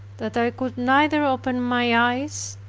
that i could neither open my eyes,